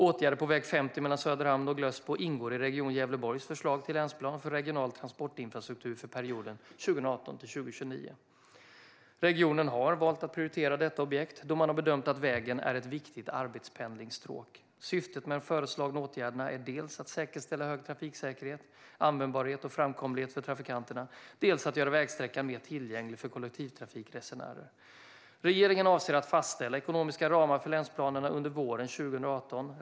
Åtgärder på väg 50 mellan Söderhamn och Glössbo ingår i Region Gävleborgs förslag till länsplan för regional transportinfrastruktur för perioden 2018-2029. Regionen har valt att prioritera detta objekt då man bedömt att vägen är ett viktigt arbetspendlingstråk. Syftet med de föreslagna åtgärderna är dels att säkerställa hög trafiksäkerhet, användbarhet och framkomlighet för trafikanterna, dels att göra vägsträckan mer tillgänglig för kollektivtrafikresenärer. Regeringen avser att fastställa ekonomiska ramar för länsplanerna under våren 2018.